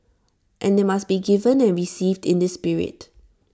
and they must be given and received in this spirit